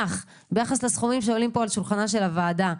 ביחס לסכומים שעולים פה על שולחן הוועדה.